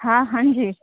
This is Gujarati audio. હા હાંજી